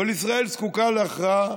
ישראל זקוקה להכרעה.